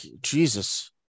Jesus